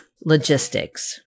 logistics